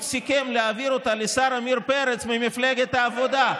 סיכם להעביר אותה לשר עמיר פרץ ממפלגת העבודה,